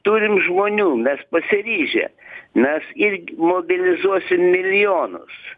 turim žmonių mes pasiryžę mes irg mobilizuosim milijonus